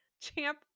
champ